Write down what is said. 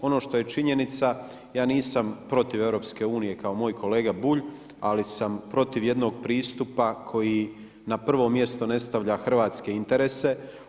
Ono što je činjenica, ja nisam protiv EU kao moj kolega Bulj, ali sam protiv jednog pristupa koji na prvo mjesto ne stavlja hrvatske interese.